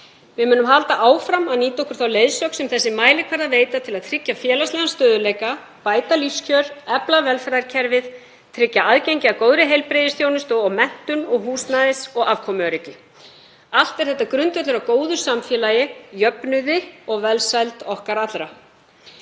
Við munum halda áfram að nýta okkur þá leiðsögn sem þessir mælikvarðar veita til að tryggja félagslegan stöðugleika, bæta lífskjör, efla velferðarkerfið, tryggja aðgengi að góðri heilbrigðisþjónustu og menntun og húsnæðis- og afkomuöryggi. Allt er þetta grundvöllur að góðu samfélagi, jöfnuði og velsæld okkar allra.